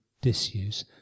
disuse